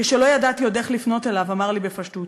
כשלא ידעתי עוד איך לפנות אליו, אמר לי בפשטות,